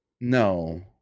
No